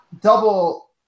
double